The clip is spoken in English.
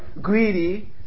Greedy